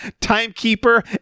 timekeeper